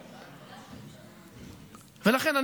ולכן,